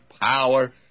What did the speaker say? power